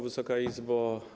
Wysoka Izbo!